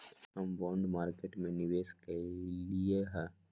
हम bond market में निवेश कलियइ ह